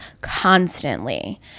Constantly